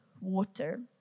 water